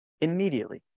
immediately